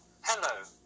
Hello